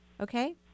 Okay